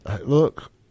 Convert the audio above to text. Look